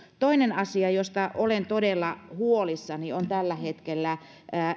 toinen asia josta olen todella huolissani on tällä hetkellä